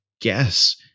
guess